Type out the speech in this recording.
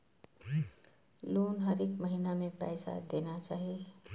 Loan हरेक महीना में पैसा देना चाहि?